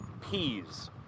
peas